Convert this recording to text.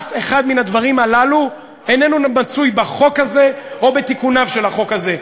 אף אחד מהדברים הללו איננו מצוי בחוק הזה או בתיקוניו של החוק הזה.